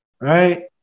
Right